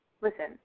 listen